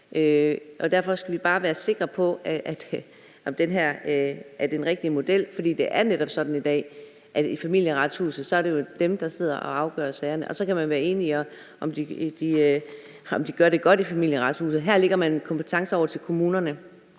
Derfor skal vi bare være sikre på, at det her er den rigtige model. For det er netop sådan i dag, at det er Familieretshuset, der sidder og afgør sagerne, og så kan man være enig eller ej i, om de gør det godt i Familieretshuset. Her lægger man en kompetence over til kommunerne,